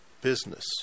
business